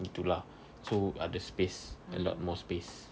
gitu lah so ada space a lot more space